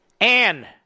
Anne